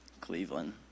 Cleveland